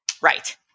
Right